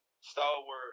Stalwart